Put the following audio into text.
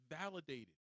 validated